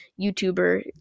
YouTuber